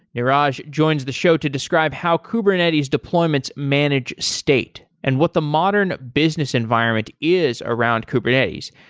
niraj joins the show to describe how kubernetes deployments manage state and what the modern business environment is around kubernetes.